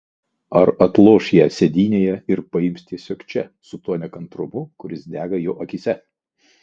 ar atloš ją sėdynėje ir paims tiesiog čia su tuo nekantrumu kuris dega jo akyse